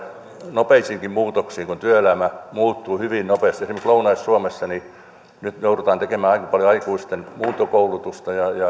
nopeisiinkin muutoksiin kun työelämä muuttuu hyvin nopeasti esimerkiksi lounais suomessa nyt joudutaan tekemään aika paljon aikuisten muuntokoulutusta ja